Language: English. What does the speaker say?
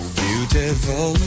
beautiful